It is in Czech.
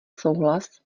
souhlas